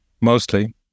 mostly